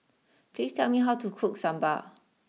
please tell me how to cook Sambar